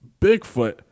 Bigfoot